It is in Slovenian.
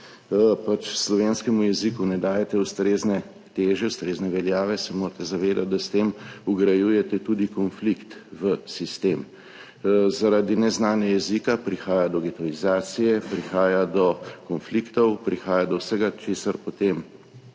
ki slovenskemu jeziku ne dajete ustrezne teže, ustrezne veljave, se morate zavedati, da s tem vgrajujete tudi konflikt v sistem. Zaradi neznanja jezika prihaja do getoizacije, prihaja do konfliktov, prihaja do vsega, česar potem